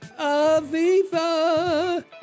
Aviva